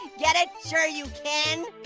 get it? sure you can.